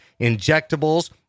injectables